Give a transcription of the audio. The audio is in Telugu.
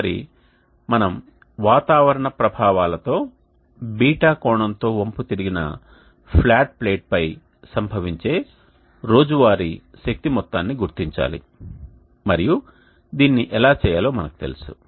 తదుపరి మనం వాతావరణ ప్రభావాలతో β కోణంతో వంపుతిరిగిన ఫ్లాట్ ప్లేట్పై సంభవించే రోజువారీ శక్తి మొత్తాన్ని గుర్తించాలి మరియు దీన్ని ఎలా చేయాలో మనకు తెలుసు